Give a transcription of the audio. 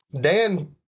Dan